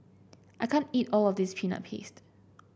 I can't eat all of this Peanut Paste